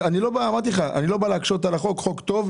אני לא בא להקשות על החוק, זה חוק טוב.